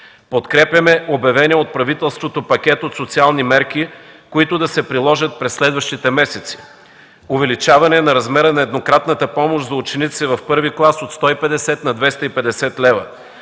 Подкрепяме обявения от правителството пакет от социални мерки, които да се приложат през следващите месеци. Увеличаване на размера на еднократната помощ за ученици в първи клас от 150 на 250 лв.